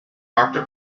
doctor